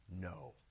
No